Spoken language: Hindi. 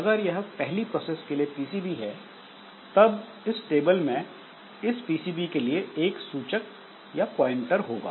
अगर यह पहली प्रोसेस के लिए पीसीबी है तब इस टेबल में इस पीसीबी के लिए एक सूचक प्वाइंटरpointer होगा